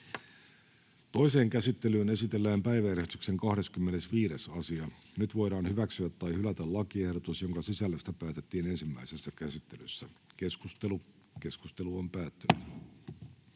Toiseen käsittelyyn esitellään päiväjärjestyksen 10. asia. Nyt voidaan hyväksyä tai hylätä lakiehdotus, jonka sisällöstä päätettiin ensimmäisessä käsittelyssä. — Keskustelu, edustaja